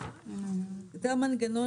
מנגנון